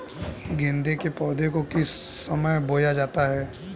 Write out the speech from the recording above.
गेंदे के पौधे को किस समय बोया जाता है?